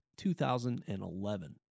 2011